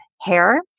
hair